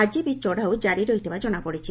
ଆଜି ବି ଚଢ଼ଉ ଜାରି ରହିଥିବା ଜଣାପଡ଼ିଛି